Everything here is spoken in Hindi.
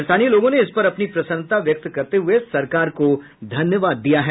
स्थानीय लोगों ने इस पर अपनी प्रसन्नता व्यक्त करते हुए सरकार को धन्यवाद दिया है